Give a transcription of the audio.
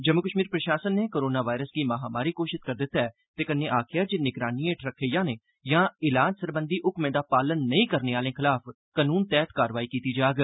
जम्मू कश्मीर प्रशासन नै corona virus गी महामारी घोषित करी दित्ता ऐ ते आखेआ ऐ जे निगरानी हेठ रक्खे जाने यां इलाज सरबंधी हुक्में दा पालन नेई करने आह्लें खलाफ कानून तैह्त कार्रवाई कीती जाग